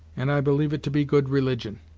and i believe it to be good religion.